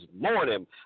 morning